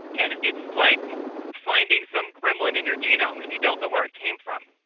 and it's like finding some gremlin in your genome that you don't know where it came from.